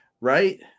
Right